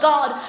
God